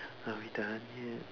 are we done yet